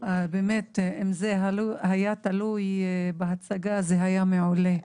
באמת אם זה היה תלוי בהצגה זה היה מעולה.